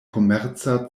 komerca